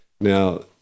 Now